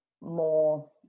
more